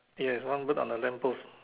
yes one bird on the lamp post